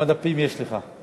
כמה דפים יש לך?